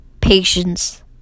Patience